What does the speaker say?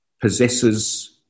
possesses